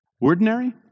Ordinary